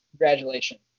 Congratulations